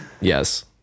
Yes